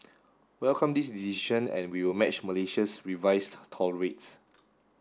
welcome this decision and we will match Malaysia's revised toll rates